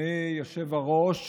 אדוני היושב-ראש,